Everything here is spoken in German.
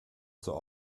zur